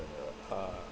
err uh